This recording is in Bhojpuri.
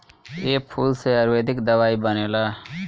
ए फूल से आयुर्वेदिक दवाई बनेला